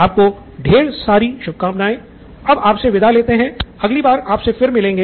आपको ढेर सारी शुभकामनाएँ अब आपसे विदा लेते हैं अगली बार आपसे फिर मिलेंगे